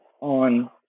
on